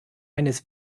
eines